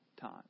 time